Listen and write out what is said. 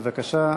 בבקשה.